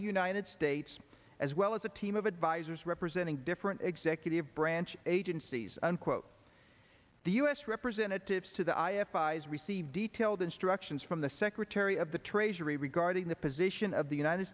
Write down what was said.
the united states as well as a team of advisors representing different executive branch agencies unquote the u s representatives to the received detailed instructions from the secretary of the treasury regarding the position of the united